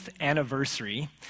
anniversary